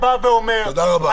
אתה עכשיו בא ואומר -- תודה רבה.